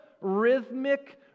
rhythmic